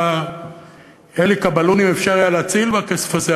כמה אלי קובלונים היה אפשר להציל בכסף הזה,